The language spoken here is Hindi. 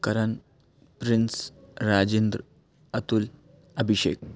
करण प्रिंस राजेंद्र अतुल अभिषेक